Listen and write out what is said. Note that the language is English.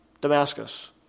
Damascus